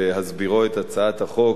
בהסבירו את הצעת החוק,